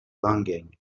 longing